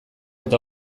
eta